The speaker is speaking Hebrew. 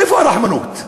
איפה הרחמנות?